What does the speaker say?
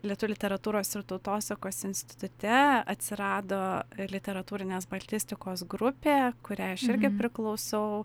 lietuvių literatūros ir tautosakos institute atsirado literatūrinės baltistikos grupė kuriai aš irgi priklausau